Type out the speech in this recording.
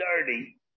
dirty